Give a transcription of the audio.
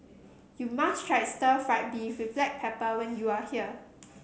you must try Stir Fried Beef with Black Pepper when you are here